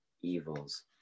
evils